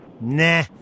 nah